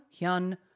Hyun